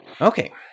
Okay